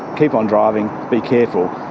keep on driving, be careful.